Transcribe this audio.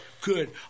good